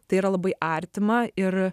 tai yra labai artima ir